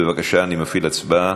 בבקשה, אני מפעיל הצבעה.